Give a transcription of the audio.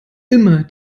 immer